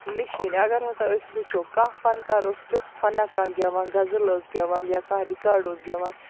machine اَگَر ہَسا أسۍ وٕچھو کانٛہہ فَنکار اوس تیُتھ فَنہ کانٛہہ گیٚوان غزل ٲسۍ گیٚوان یا کانٛہہ رِکاڈ اوس گیٚوان